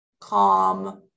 calm